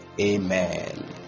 amen